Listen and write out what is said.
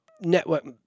network